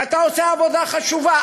ואתה עושה עבודה חשובה,